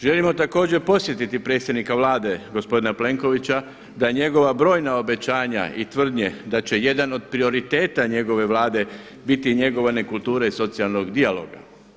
Želimo također podsjetiti predsjednika Vlade gospodina Plenkovića da njegova brojna obećanja i tvrdnje da će jedan od prioriteta njegove Vlade biti i njegova … iz socijalnog dijaloga.